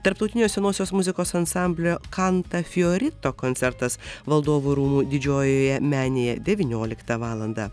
tarptautinio senosios muzikos ansamblio canta fiorito koncertas valdovų rūmų didžiojoje menėje devynioliktą valandą